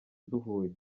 duhuye